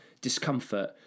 discomfort